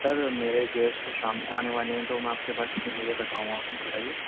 سر میرے گیسٹ شام کو آنے والے ہیں تو میں آپ کے پاس کتنے بجے تک آؤں آپ مل جائے گی